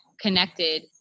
connected